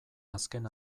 azken